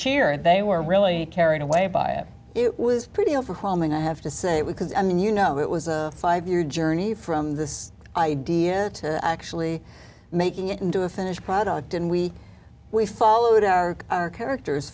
and they were really carried away by it it was pretty overwhelming i have to say we because i mean you know it was a five year journey from this idea to actually making it into a finished product and we we followed our characters